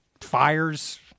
fires